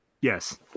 Yes